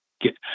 get